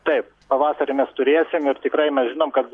taip pavasarį mes turėsim ir tikrai mes žinom kad